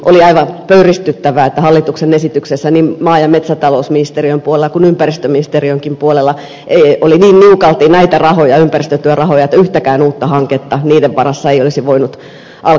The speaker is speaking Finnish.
oli aivan pöyristyttävää että hallituksen esityksessä niin maa ja metsätalousministeriön puolella kuin ympäristöministeriönkin puolella oli niin niukalti näitä ympäristötyörahoja että yhtäkään uutta hanketta niiden varassa ei olisi voinut alkaa